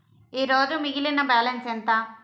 ఈరోజు మిగిలిన బ్యాలెన్స్ ఎంత?